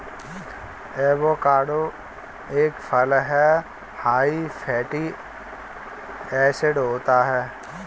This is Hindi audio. एवोकाडो एक फल हैं हाई फैटी एसिड होता है